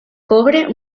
cobre